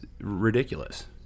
ridiculous